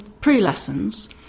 pre-lessons